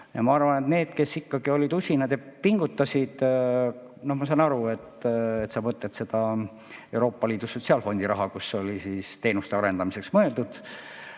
Ma arvan, et need, kes ikkagi olid usinad ja pingutasid ...No ma saan aru, et sa pead silmas Euroopa Liidu Sotsiaalfondi raha, mis oli teenuste arendamiseks mõeldud.